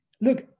Look